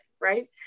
right